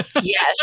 Yes